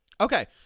okay